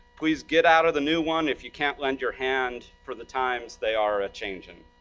please, get out of the new one, if you can't lend your hand, for the times they are a changin'.